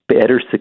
Better